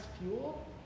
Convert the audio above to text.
fuel